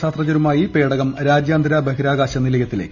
ശാസ്ത്രജ്ഞരുമായി പേടകം രാജ്യാന്തര ബഹിരാകാശ നിലയത്തിലേക്ക്